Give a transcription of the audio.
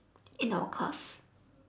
in our class